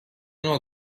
نوع